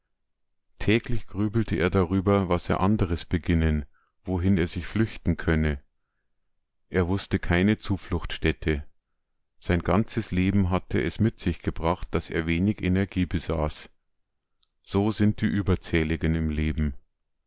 täglich grübelte er darüber was er anderes beginnen wohin er sich flüchten könne er wußte keine zufluchtsstätte sein ganzes leben hatte es mit sich gebracht daß er wenig energie besaß so sind die überzähligen im leben